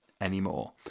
anymore